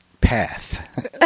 path